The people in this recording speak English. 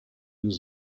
was